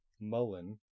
Mullen